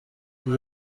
iyo